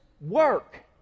work